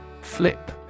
Flip